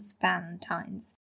Valentine's